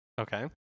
Okay